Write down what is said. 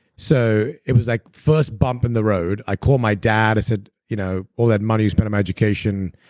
so it was that like first bump in the road. i call my dad, i said, you know all that money spent on my education,